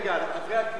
יש אפשרות לחברי הכנסת